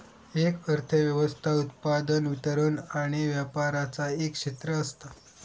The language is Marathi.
एक अर्थ व्यवस्था उत्पादन, वितरण आणि व्यापराचा एक क्षेत्र असता